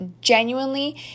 genuinely